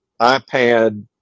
ipad